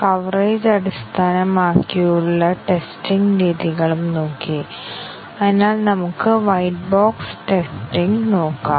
code ഘടന പരിശോധിച്ചുകൊണ്ട് test കേസുകൾ വികസിപ്പിക്കുന്നത് ഞങ്ങൾ ഇതിനകം പറഞ്ഞതുപോലെ വൈറ്റ് ബോക്സ് ടെസ്റ്റിംഗിൽ ഉൾപ്പെടുന്നു